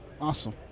Awesome